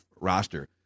roster